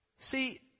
See